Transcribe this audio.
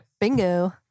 Bingo